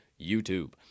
youtube